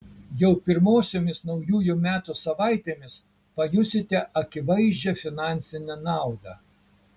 jau pirmosiomis naujųjų metų savaitėmis pajusite akivaizdžią finansinę naudą